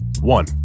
One